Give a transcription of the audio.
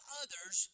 others